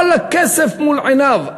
כל הכסף מול עיניו.